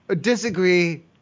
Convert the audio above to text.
Disagree